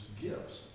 gifts